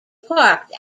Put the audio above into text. parked